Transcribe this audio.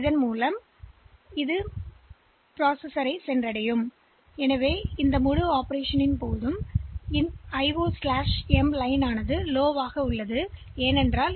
இந்த முழு செயல்பாட்டிற்கும் இந்த ரைட் பார்சிக்னல் உயரமாக வைக்கப்பட்டு IO M வரி குறைவாக வைக்கப்படுகிறது